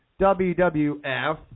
WWF